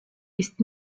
ist